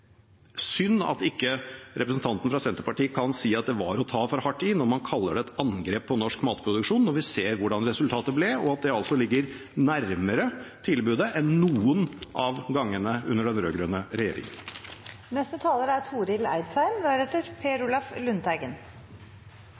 synd at representanten fra Senterpartiet ikke kan si at det var å ta for hardt i å kalle det et angrep på norsk matproduksjon, når vi ser hvordan resultatet ble, og at det ligger nærmere tilbudet enn noen av gangene under den